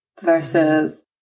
versus